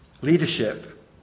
Leadership